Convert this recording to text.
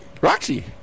Roxy